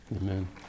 Amen